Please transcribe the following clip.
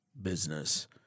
business